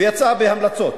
ויצאה בהמלצות.